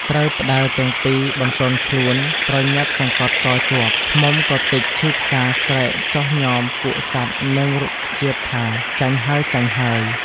ត្រូវផ្តៅទាំងពីរបន្ទន់ខ្លួន ប្រញាប់សង្កត់កជាប់ ឃ្មុំក៏ទិចឈឺផ្សាស្រែកចុះញ៉មពួកសត្វនិងរុក្ខជាតិថា “ ចាញ់ ហើយៗ ! ”។